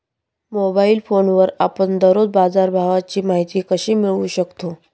Mobile फोनवर आपण दररोज बाजारभावाची माहिती कशी मिळवू शकतो?